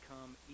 come